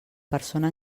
persona